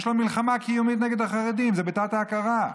יש לו מלחמה קיומית נגד החרדים, זה בתת-ההכרה.